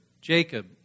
Jacob